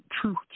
truth